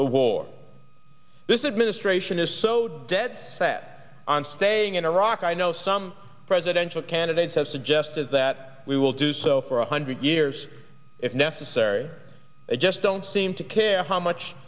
the war this is ministration is so dead set on staying in iraq i know some presidential candidates have suggested that we will do so for one hundred years if necessary they just don't seem to care how much